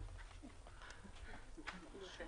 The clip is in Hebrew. (היו"ר יעקב מרגי)